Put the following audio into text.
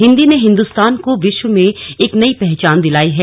हिन्दी ने हिन्दुस्तान को विश्व में एक नई पहचान दिलाई है